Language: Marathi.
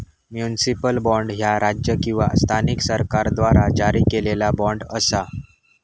म्युनिसिपल बॉण्ड, ह्या राज्य किंवा स्थानिक सरकाराद्वारा जारी केलेला बॉण्ड असा